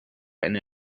eine